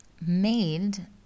made